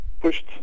pushed